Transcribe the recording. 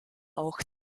auch